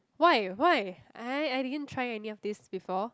why why I I didn't try any of this before